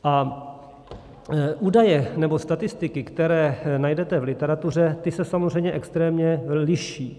A údaje nebo statistiky, které najdete v literatuře, ty se samozřejmě extrémně liší.